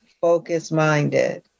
focus-minded